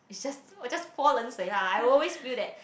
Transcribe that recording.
it's just 我 just 泼冷水 lah I always feel that